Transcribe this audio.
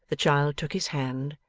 the child took his hand,